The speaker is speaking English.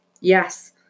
Yes